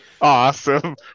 Awesome